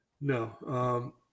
no